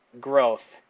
growth